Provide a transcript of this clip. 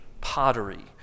pottery